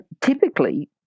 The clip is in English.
typically